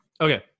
Okay